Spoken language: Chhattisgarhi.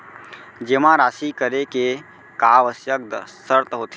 जेमा राशि करे के का आवश्यक शर्त होथे?